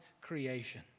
creation